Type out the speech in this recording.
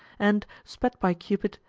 and, sped by cupid,